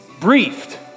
briefed